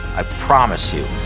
i promise you,